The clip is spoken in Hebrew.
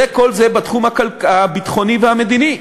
כל זה בתחום הביטחוני והמדיני.